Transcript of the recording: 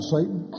Satan